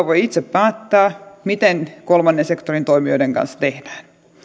voi itse päättää miten kolmannen sektorin toimijoiden kanssa tehdään